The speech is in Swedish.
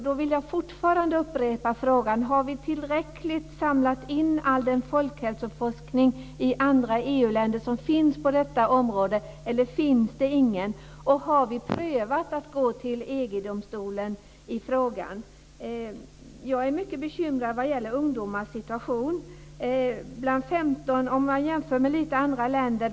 Då vill jag fortfarande upprepa frågan om vi har samlat in all den folkhälsoforskning som finns i andra EU-länder på detta område. Eller finns det ingen? Har vi prövat att gå till EG-domstolen i frågan? Jag är mycket bekymrad för ungdomarnas situation. Vi kan jämföra med några andra länder.